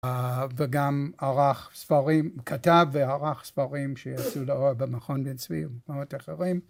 וגם ערך ספרים, כתב וערך ספרים שייצאו במכון בן-צבי ובמקומות אחרים.